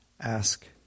ask